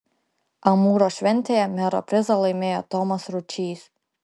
amūro šventėje mero prizą laimėjo tomas ručys